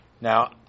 Now